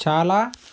చాలా